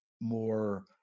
more